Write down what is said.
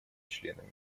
членами